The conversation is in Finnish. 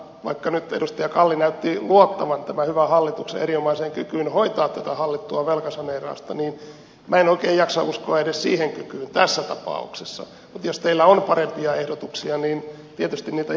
vaikka nyt edustaja kalli näytti luottavan tämän hyvän hallituksen erinomaiseen kykyyn hoitaa tätä hallittua velkasaneerausta niin minä en oikein jaksa uskoa edes siihen kykyyn tässä tapauksessa mutta jos teillä on parempia ehdotuksia niin tietysti niitä ihan mielellämme kuulemme